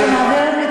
רוצה שנעביר?